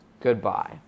Goodbye